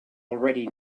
already